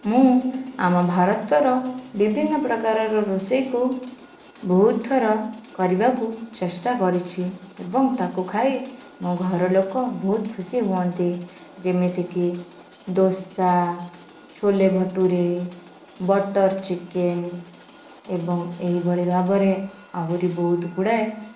ମୁଁ ଆମ ଭାରତର ବିଭିନ୍ନ ପ୍ରକାରର ରୋଷେଇକୁ ବହୁତ ଥର କରିବାକୁ ଚେଷ୍ଟା କରିଛି ଏବଂ ତାକୁ ଖାଇ ମୋ ଘରଲୋକ ବହୁତ ଖୁସି ହୁଅନ୍ତି ଯେମିତିକି ଦୋସା ଛୋଲେ ଭଟୁରେ ବଟର ଚିକେନ ଏବଂ ଏହି ଭଳି ଭାବରେ ଆହୁରି ବହୁତ ଗୁଡ଼ାଏ